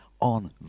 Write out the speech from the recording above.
on